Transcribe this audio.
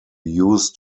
used